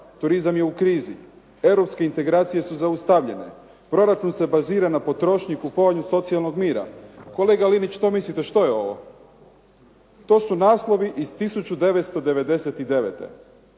turizam je u krizi, europske integracije su zaustavljene, proračun se bazira na potrošnji i kupovanju socijalnog mira. Kolega Linić, što mislite što je ovo? To su naslovi iz 1999.,